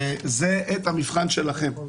זה עת המבחן שלכם.